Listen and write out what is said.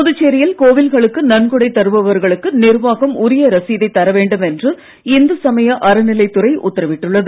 புதுச்சேரியில் கோவில்களுக்கு நன்கொடை தருபவர்களுக்கு நிர்வாகம் உரிய ரசீதைத் தர வேண்டுமென்று இந்து சமய அறநிலைத் துறை உத்தரவிட்டுள்ளது